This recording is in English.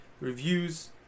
reviews